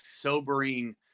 sobering